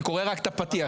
אני קורא רק את הפתיח,